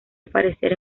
aparecer